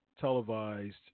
televised